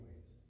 ways